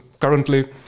currently